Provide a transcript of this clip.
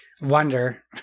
wonder